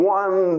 one